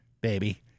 baby